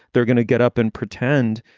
they're gonna get up and pretend,